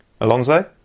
Alonso